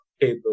table